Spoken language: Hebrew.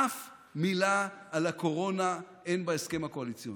אף מילה על הקורונה אין בהסכם הקואליציוני,